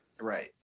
Right